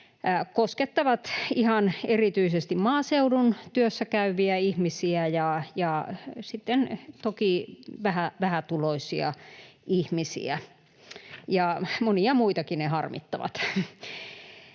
koskettavat ihan erityisesti maaseudun työssäkäyviä ihmisiä ja sitten toki vähätuloisia ihmisiä — ja monia muitakin ne harmittavat.